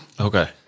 Okay